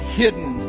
hidden